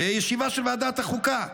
בישיבה של ועדת החוקה,